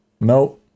no